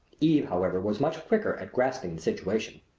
eve, however, was much quicker at grasping the situation.